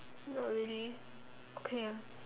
not really okay ah